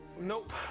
Nope